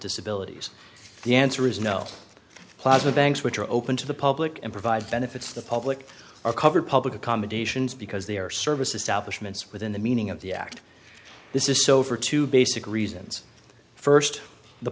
disabilities the answer is no plasma banks which are open to the public and provide benefits to the public are covered public accommodations because they are service establishment within the meaning of the act this is so for two basic reasons first the